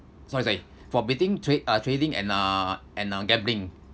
sorry sorry for between tra~ uh trading and uh and uh gambling